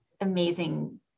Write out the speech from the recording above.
amazing